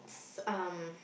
um